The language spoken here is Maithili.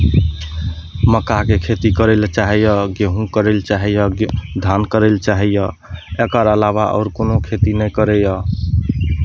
मक्काके खेती करय लेल चाहैए गेहूँ करय लेल चाहैए धान करय लेल चाहैए एकर आलावा आओर कोनो खेती नहि करैए